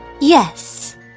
Yes